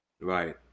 Right